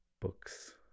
Books